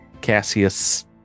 Cassius